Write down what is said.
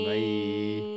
Bye